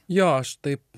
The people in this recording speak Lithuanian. jo aš taip